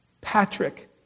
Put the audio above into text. Patrick